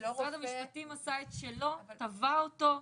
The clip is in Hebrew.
משרד המשפטים עשה את שלו, תבע אותו,